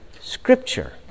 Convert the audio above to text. Scripture